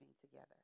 together